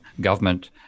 government